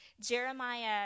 Jeremiah